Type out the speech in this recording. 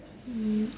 mm